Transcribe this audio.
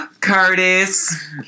Curtis